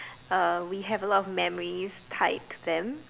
uh we have a lot of memories tied to them